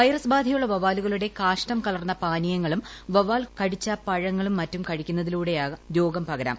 virus ബാധയുള്ള വവ്വാലുകളുടെ കാഷ്ഠം കലർന്ന പാനീയങ്ങളും വവ്വാൽ കടിച്ച പഴങ്ങളും മറ്റും കഴിക്കുന്നതിലൂടെയും രോഗം പകരാം